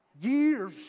years